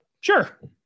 Sure